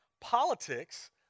politics